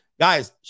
Guys